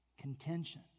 contention